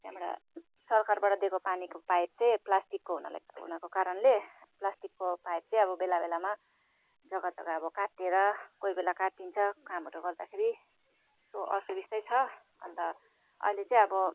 त्यहाँबाट सरकारबाट दिएको पानीको पाइप चाहिँ प्लास्टिकको हुनाले हुनुको कारणले प्लास्टिकको पाइप चाहिँ बेला बेलामा जग्गा जग्गा अब काटिएर कोही बेला काटिन्छ कामहरू गर्दाखेरि सो असुबिस्तै छ अन्त अहिले चाहिँ अब